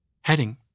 Heading